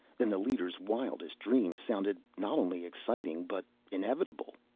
then the leader's wildest dreams sounded not only exciting, but inevitable.